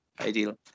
Ideal